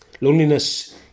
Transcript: Loneliness